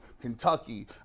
kentucky